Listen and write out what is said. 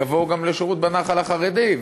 יבואו גם לשירות בנח"ל החרדי,